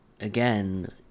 again